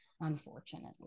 unfortunately